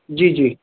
जी जी